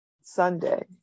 Sunday